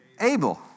Abel